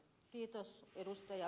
kiitos ed